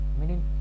meaning